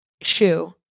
shoe